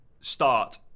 Start